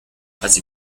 así